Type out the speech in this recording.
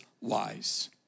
wise